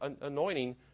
anointing